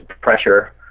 pressure